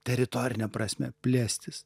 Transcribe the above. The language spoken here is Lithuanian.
teritorine prasme plėstis